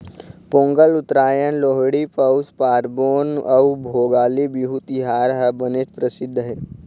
पोंगल, उत्तरायन, लोहड़ी, पउस पारबोन अउ भोगाली बिहू तिहार ह बनेच परसिद्ध हे